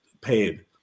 paid